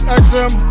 xm